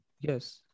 yes